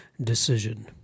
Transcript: decision